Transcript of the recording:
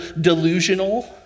delusional